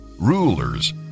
rulers